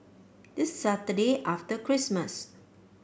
this Saturday after Christmas